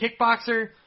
kickboxer